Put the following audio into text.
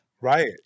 Right